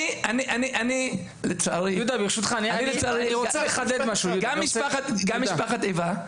אני לצערי גם משפחת איבה,